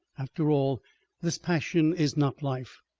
after all this passion is not life!